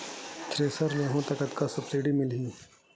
Thresher लेहूं त कतका सब्सिडी मिलही?